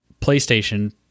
PlayStation